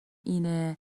اینه